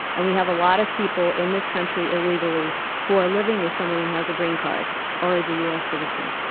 and we have a lot of people in this country illegally who are living with someone who has a green card or is a u. s. citizen.